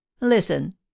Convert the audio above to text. Listen